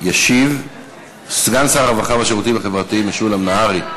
ישיב בשם הממשלה סגן שר הרווחה והשירותים החברתיים משולם נהרי.